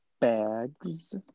bags